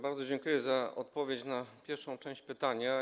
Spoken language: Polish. Bardzo dziękuję za odpowiedź na pierwszą część pytania.